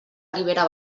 ribera